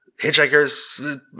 Hitchhikers